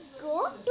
go